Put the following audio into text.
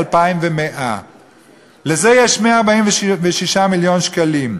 2,100. לזה יש 146 מיליון שקלים.